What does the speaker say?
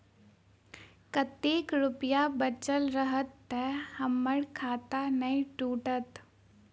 कतेक रुपया बचल रहत तऽ हम्मर खाता नै टूटत?